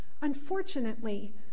unfortunately